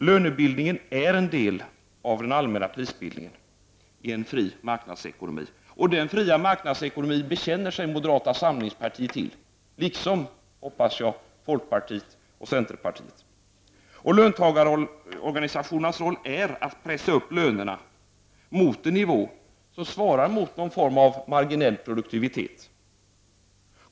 Lönebildningen är en del av den allmänna prisbildningen i en fri marknadsekonomi, och den fria marknadsekonomin bekänner sig moderata samlingspartiet till — liksom, hoppas jag, folkpartiet och centerpartiet. Löntagarorganisationernas roll är att pressa upp lönerna till en nivå som svarar mot någon form av marginell produktivitet.